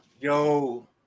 Yo